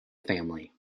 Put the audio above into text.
family